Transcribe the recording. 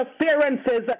Interferences